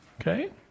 Okay